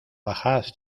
bajad